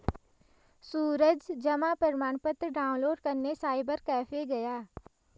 सूरज जमा प्रमाण पत्र डाउनलोड करने साइबर कैफे गया